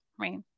right